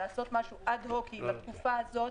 אלא לעשות משהו אד-הוק בתקופה הזאת,